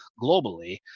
globally